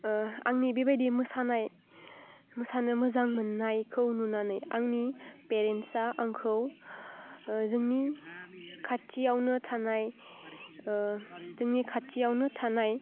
आंनि बेबायदि मोसानाय मोसानो मोजां मोननायखौ नुनानै आंनि पेरेन्सआ आंखौ जोंनि खाथियावनो थानाय जोंनि खाथियावनो थानाय